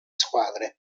squadre